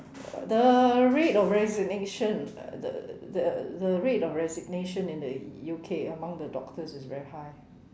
the rate of resignation the the the rate of resignation in the U_K among the doctors is very high